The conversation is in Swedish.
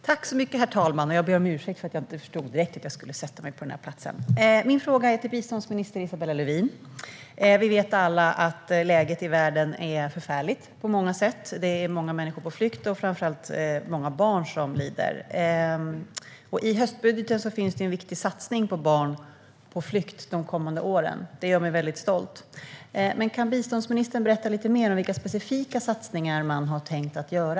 Herr talman! Min fråga går till biståndsminister Isabella Lövin. Vi vet alla att läget i världen är förfärligt på många sätt. Många människor är på flykt, och det är framför allt många barn som lider. I höstbudgeten finns en viktig satsning för att hjälpa barn på flykt under de kommande åren, vilket gör mig väldigt stolt. Men kan biståndsministern berätta lite mer om vilka specifika satsningar man har tänkt göra?